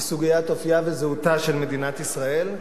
היא סוגיית אופיה וזהותה של מדינת ישראל,